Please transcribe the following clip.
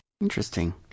Interesting